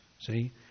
See